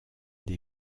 des